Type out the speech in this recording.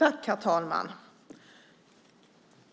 Herr talman!